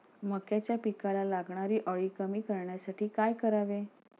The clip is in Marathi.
मक्याच्या पिकाला लागणारी अळी कमी करण्यासाठी काय करावे?